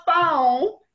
phone